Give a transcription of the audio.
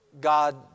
God